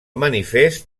manifest